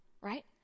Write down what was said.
Right